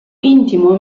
intimo